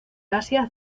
asia